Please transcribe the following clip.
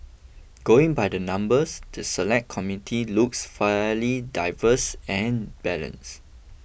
going by the numbers the Select Committee looks fairly diverse and balance